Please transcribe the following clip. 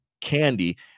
candy